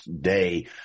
day